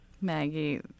Maggie